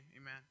amen